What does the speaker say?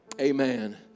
Amen